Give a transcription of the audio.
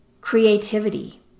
creativity